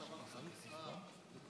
כנסת נכבדה, בשבוע שעבר